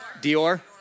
Dior